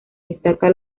destaca